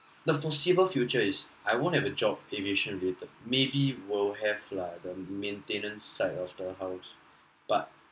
the foreseeable future is I won't have a job aviation related maybe will have lah the maintenance side of the house but